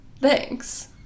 Thanks